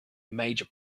major